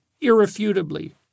irrefutably